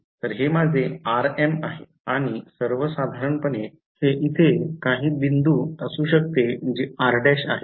तर हे माझे rm आहे आणि सर्वसाधारणपणे हे येथे काही बिंदू असू शकते जे r' आहे ठीक आहे